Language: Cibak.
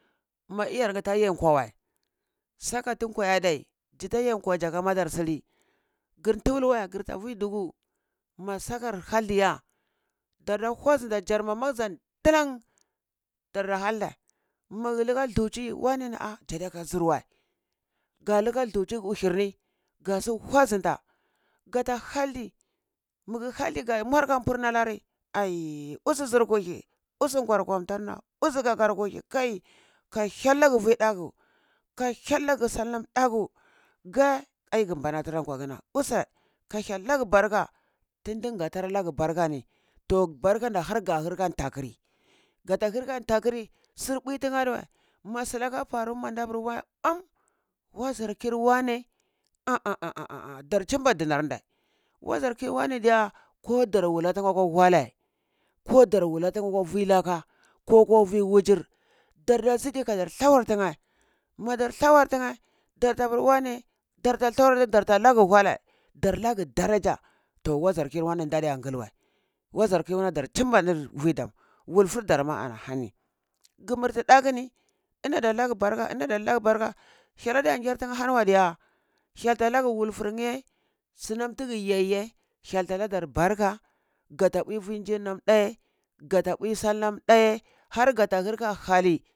Ma iyar nye ta yah nkwe wəi, saka tum kwa adai jita kwa wəi jika madar sili ngir tuwul wəi gir ta vi duku ma sakar hadi iya, darda kwazinta yarma magzam dilan darda haldei mag lika duchi wane na a ja dai yaka zir wəi ga lika duchi uhir ni ga su kwazunta gata haldi mugu haldi ga muar kan purna lari, ai usu zir kuhi usu kwar kantarna usu kakar kuhi kai ka hyel lag vi ɗaku ka hyel lag sal nam əaku ga ai gum banatara kwagna usa ka hyel lag barka tin din nga lag barka ni, toh barkan da har ga dhir ga nta kiri gada dhir kan nta kiri si bui thinye adiwe kan nta kiri si bui thinye adiwe ma silaka fara faru manda pur am wazar kir wane ah ah ah dar chimba dinar ndai wazar kir wane diye ko dar wala thinye kwa walei ko dar wula thinye kwa vi laka ko ko vi wujir darda si ki kadar thawar thinye madar thawar thinye dar ta pur wane darta thawar darta lag wulei dar lagi daraja to waza kir wane darde yangil wəi wazar kir wane dar chimma nir vi dam, wulfur dar ma ana hani gi murti əaku ni ini da lagu barka in da lagu barka hyel la ngyar thinye hani wei diyah hyel ta lag wulfurnye sunam tig yeh yeh hyel ta ladar barka, gat bui vi nim ji nam ɗaye gata bui sal nam ɗaye har gata dhir ka hali